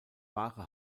wahre